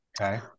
okay